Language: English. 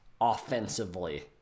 offensively